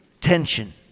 tension